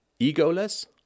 egoless